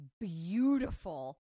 beautiful